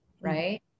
right